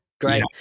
great